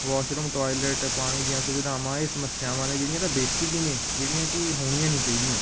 washroom toilet ਪਾਣੀ ਦੀਆਂ ਸੁਵਿਧਾਵਾਂ ਇਹ ਸਮੱਸਿਆਵਾਂ ਨੇ ਜਿਹੜੀਆਂ ਤਾਂ ਬੇਸਿਕ ਹੀ ਨੇ ਜਿਹੜੀਆਂ ਕਿ ਹੋਣੀਆਂ ਨਹੀਂ ਚਾਹੀਦੀਆਂ